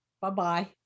Bye-bye